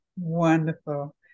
Wonderful